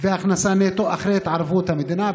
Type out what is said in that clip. והכנסה נטו אחרי התערבות המדינה,